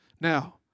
Now